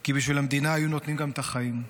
כי בשביל המדינה היו נותנים גם את החיים.